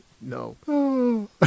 No